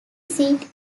seat